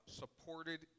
supported